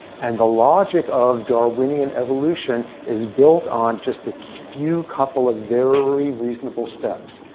and the logic of darwinian evolution is built on just a few couple of very reasonable steps.